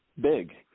big